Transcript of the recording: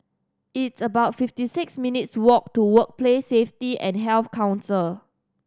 it's about fifty six minutes' walk to Workplace Safety and Health Council